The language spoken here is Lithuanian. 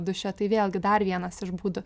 duše tai vėlgi dar vienas iš būdų